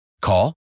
Call